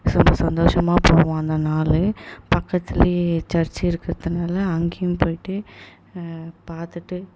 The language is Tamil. ரொம்ப சந்தோஷமாக போகும் அந்த நாள் பக்கத்துலேயே சர்ச்சு இருக்கிறதுனால அங்கேயும் போயிட்டு பார்த்துட்டு